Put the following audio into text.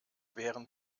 wären